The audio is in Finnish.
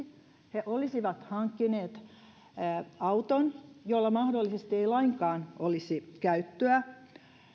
he olisivat hankkineet auton jolla mahdollisesti ei lainkaan olisi käyttöä